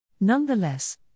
Nonetheless